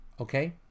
Okay